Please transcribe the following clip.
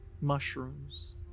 mushrooms